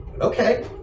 Okay